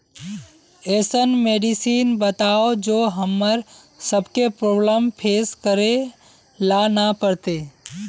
ऐसन मेडिसिन बताओ जो हम्मर सबके प्रॉब्लम फेस करे ला ना पड़ते?